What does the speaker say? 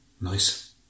Nice